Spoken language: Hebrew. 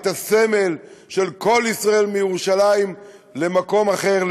את הסמל של קול ישראל מירושלים למקום אחר,